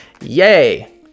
yay